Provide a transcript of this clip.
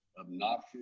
obnoxious